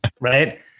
right